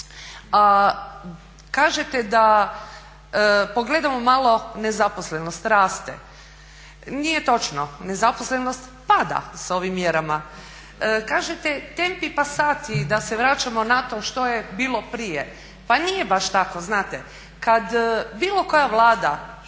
Kažete da pogledamo malo nezaposlenost raste. Nije točno, nezaposlenost pada sa ovim mjerama. Kažete tempi pasati, da se vraćamo na to što je bilo prije. Pa nije baš tako. Znate, kad bilo koja Vlada